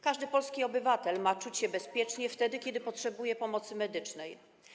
Każdy polski obywatel ma czuć się bezpiecznie wtedy, kiedy potrzebuje pomocy medycznej.